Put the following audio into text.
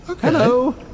Hello